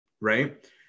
right